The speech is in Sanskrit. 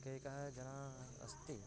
एकः जनः अस्ति